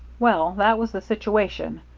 well, that was the situation.